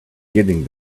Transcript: getting